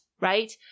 right